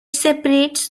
separates